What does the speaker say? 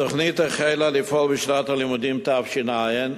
התוכנית החלה לפעול בשנת הלימודים תש"ע,